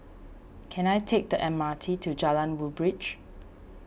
can I take the M R T to Jalan Woodbridge